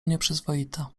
nieprzyzwoita